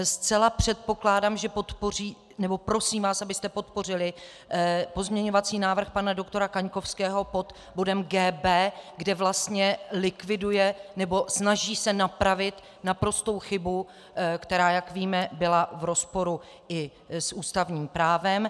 Zcela předpokládám, že podpoříte, nebo prosím vás, abyste podpořili pozměňovací návrh pana dr. Kaňkovského pod bodem G.b, kde vlastně likviduje, nebo se snaží napravit naprostou chybu, která, jak víme, byla v rozporu i s ústavním právem.